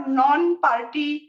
non-party